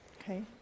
Okay